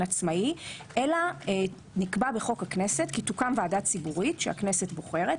עצמאי אלא נקבע בחוק הכנסת כי תוקם ועדה ציבורית שהכנסת בוחרת,